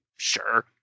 sure